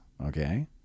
Okay